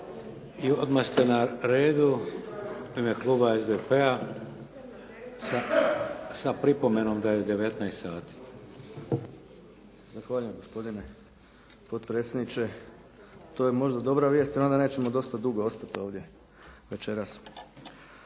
I odmah ste na redu u ime kluba SDP-a sa pripomenom da je 19,00 sati. **Bauk, Arsen (SDP)** Zahvaljujem gospodine potpredsjedniče. To je možda dobra vijest jer onda nećemo dosta dugo ostati ovdje večeras.